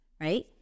right